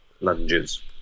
lunges